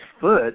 foot